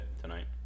tonight